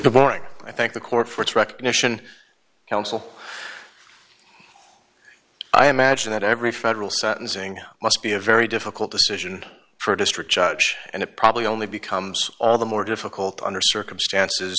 the warning i thank the court for its recognition counsel i imagine that every federal sentencing must be a very difficult decision for a district judge and it probably only becomes all the more difficult under circumstances